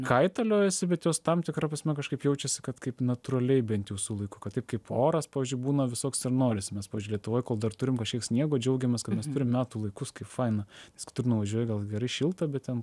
kaitaliojasi bet jos tam tikra prasme kažkaip jaučiasi kad kaip natūraliai bent jau su laiku kad taip kaip oras pavyzdžiui būna visoks ir norisi mes lietuvoj kol dar turim kažkiek sniego džiaugiamės kad mes turim metų laikus kaip faina nes kitur nuvažiuoji gal gerai šilta bet ten